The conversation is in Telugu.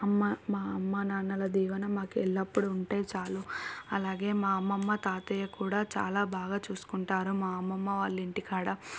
అమ్మ మా అమ్మ నాన్నల దీవెన మాకెళ్ళపుడు ఉంటే చాలు అలాగే మా అమ్మమ్మ తాతయ్య కూడా చాలా బాగా చూసుకుంటారు మా అమ్మమ్మ వాళ్ళ ఇంటికాడ